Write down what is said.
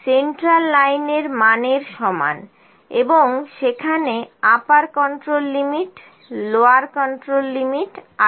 central line এই মানের সমান এবং সেখান upper control limit lower control limit আছে